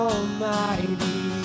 Almighty